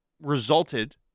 resulted